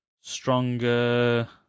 Stronger